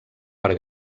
per